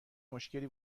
مشکلی